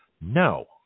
No